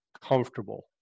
comfortable